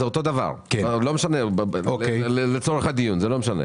בסדר, זה אותו דבר, לצורך הדיון זה לא משנה.